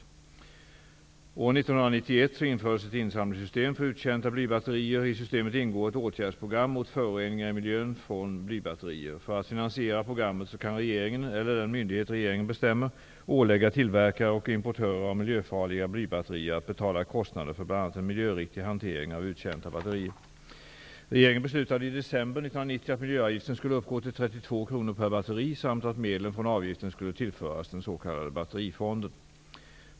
År 1991 infördes ett insamlingssystem för uttjänta blybatterier. I systemet ingår ett åtgärdsprogram mot föroreningar i miljön från blybatterier. För att finansiera programmet kan regeringen eller den myndighet som regeringen bestämmer ålägga tillverkare och importörer av miljöfarliga blybatterier att betala kostnader för bl.a. en miljöriktig hantering av uttjänta batterier. Regeringen beslutade i december 1990 att miljöavgiften skulle uppgå till 32 kr per batteri samt att medlen från avgiften skulle tillföras den s.k. batterifonden.